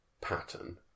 pattern